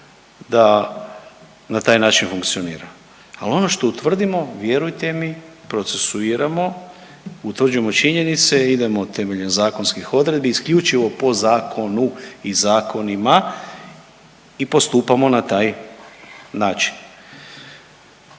da na taj način funkcionira, al ono što utvrdimo vjerujte mi procesuiramo, utvrđujemo činjenice, idemo temeljem zakonskih odredbi isključivo po zakonu i zakonima i postupamo na taj način.